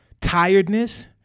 tiredness